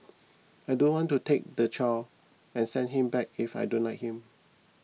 I don't want to take the child and send him back if I don't like him